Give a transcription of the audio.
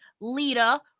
Lita